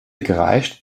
gereicht